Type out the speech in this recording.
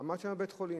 ממש היה בית-חולים.